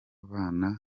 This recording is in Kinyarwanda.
bana